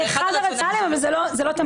זה אחד הרציונלים אבל זה לא תמיד.